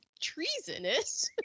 treasonous